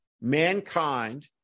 Mankind